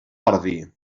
ordi